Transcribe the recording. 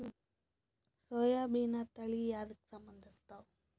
ಸೋಯಾಬಿನ ತಳಿ ಎದಕ ಸಂಭಂದಸತ್ತಾವ?